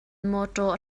mawtaw